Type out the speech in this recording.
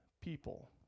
people